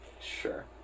Sure